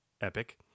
epic